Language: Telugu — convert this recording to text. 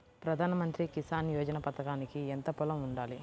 ప్రధాన మంత్రి కిసాన్ యోజన పథకానికి ఎంత పొలం ఉండాలి?